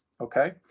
Okay